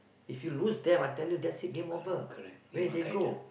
if you lose them I tell you that's game over where they go